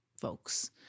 folks